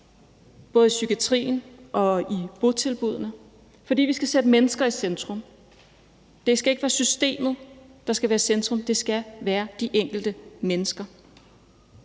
både i psykiatrien og i botilbuddene, for vi skal sætte mennesket i centrum. Det skal ikke være systemet, der skal være i centrum, det skal være det enkelte menneske.